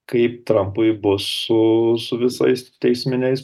kaip trampui bus su su visais teisminiais